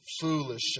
foolish